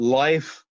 life